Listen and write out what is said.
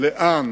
לאן